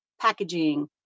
packaging